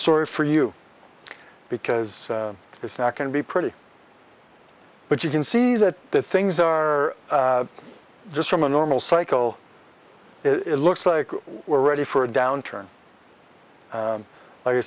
sorry for you because it's not going to be pretty but you can see that the things are just from a normal cycle it looks like we're ready for a downturn